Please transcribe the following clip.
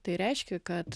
tai reiškia kad